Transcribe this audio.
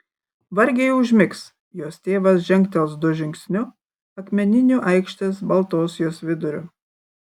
vargiai užmigs jos tėvas žengtels du žingsniu akmeniniu aikštės baltos jos viduriu